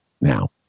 now